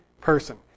person